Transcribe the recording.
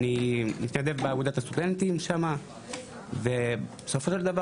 אני מתנדב באגודת הסטודנטים ובסופו של דבר